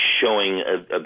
showing